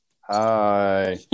Hi